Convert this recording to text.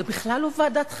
זה בכלל לא ועדת חקירה,